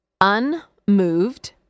unmoved